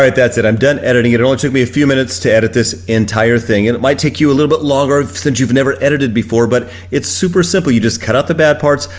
that's it, i'm done editing. it only took me a few minutes to edit this entire thing. and it might take you a little bit longer since you've never edited before, but it's super simple, you just cut out the bad parts,